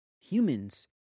Humans